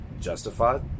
justified